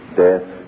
death